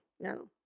No